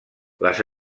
les